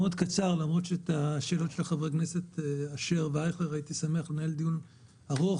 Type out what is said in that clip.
למרות שעל השאלות של חברי הכנסת אשר ואייכלר הייתי שמח לנהל דיון ארוך.